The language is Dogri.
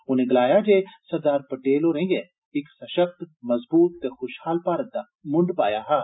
उन्ने गलाया जे सरदार पटेल होरें गै इक सशक्त मजबूत ते ख्शहाल भारत दा मुंड पाया हा